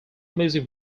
music